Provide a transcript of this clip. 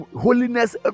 holiness